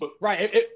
Right